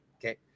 Okay